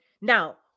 now